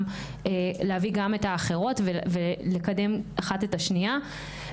להביא גם את האחרות ולקדם אחת את השנייה.